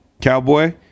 Cowboy